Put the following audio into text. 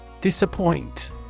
Disappoint